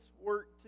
work